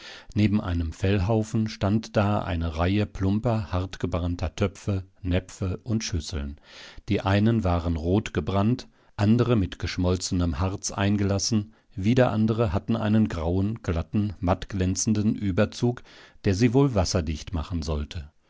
neben einem fellhaufen stand da eine reihe plumper hartgebrannter töpfe näpfe und schüsseln die einen waren rotgebrannt andere mit geschmolzenem harz eingelassen wieder andere hatten einen grauen glatten mattglänzenden überzug der sie wohl wasserdicht machen sollte